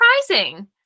surprising